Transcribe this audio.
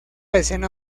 escena